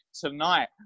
tonight